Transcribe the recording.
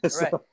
Right